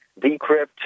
decrypt